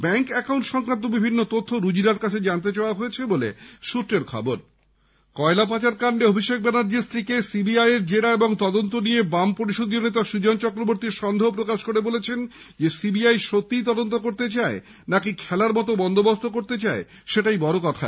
bank account সংক্রান্ত বিভিন্ন তথ্য রুজিরার কাছে জানতে চাওয়া হয়েছে বলে সৃত্রের খবর কয়লা পাচারকান্ডে অভিষেক ব্যানার্জীর স্ত্রীকে সিবিআই এর জেরা এবং তদন্ত নিয়ে বাম পরিষদীয় নেতা সুজন চক্রবর্তী সন্দেহ প্রকাশ করে বলেছেন সিবিআই সত্যিই তদন্ত করতে চায় নাকি খেলার মতো বন্দোবস্ত করতে চায় সেটাই বড় কথা